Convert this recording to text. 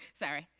sorry.